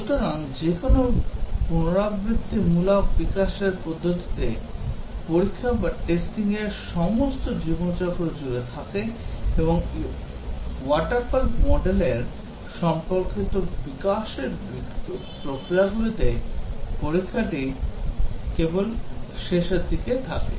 সুতরাং যেকোন পুনরাবৃত্তিমূলক বিকাশের পদ্ধতিতে পরীক্ষা সমস্ত জীবনচক্র জুড়ে থাকে এবং water fall মডেলে এর সম্পর্কিত বিকাশের প্রক্রিয়াগুলিতে পরীক্ষাটি কেবল শেষের দিকে থাকে